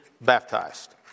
baptized